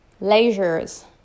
leisures